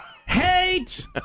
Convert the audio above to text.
HATE